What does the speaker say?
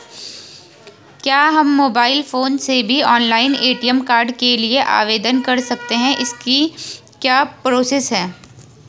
क्या हम mobile phone से भी ऑनलाइन ए.टी.एम कार्ड के लिए आवेदन कर सकते हैं इसकी क्या प्रोसेस है?